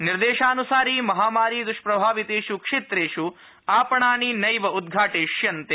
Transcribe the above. निर्देशानुसारि महामारि दष्प्रभावितेष् क्षेत्रेष् आपणानि नैव उद्घाटयिष्यन्ते